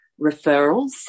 referrals